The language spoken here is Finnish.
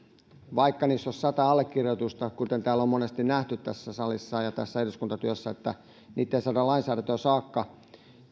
vaikka niissä olisi sata allekirjoitusta kuten on monesti nähty tässä salissa ja tässä eduskuntatyössä että niitä ei saada lainsäädäntöön saakka